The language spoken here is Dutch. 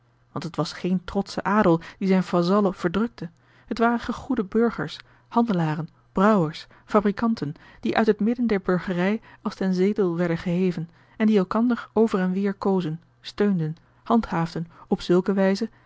want het was geen trotsche adel die zijne vazallen verdrukte het waren gegoede burgers handelaren brouwers fabrikanten die uit het midden der burgerij als ten zetel werden geheven en die elkander over en weêr kozen steunden handhaafden op zulke wijze